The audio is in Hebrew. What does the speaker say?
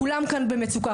כולם כאן במצוקה.